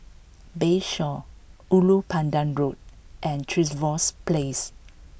Bayshore Ulu Pandan Road and Trevose Place